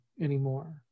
anymore